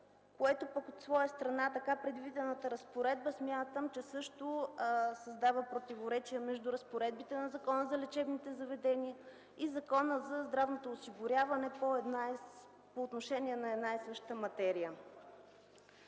което, от своя страна, в така предвидената разпоредба смятам, че също създава противоречие между разпоредбите на Закона за лечебните заведения и Закона за здравното осигуряване по отношение на една и съща материя.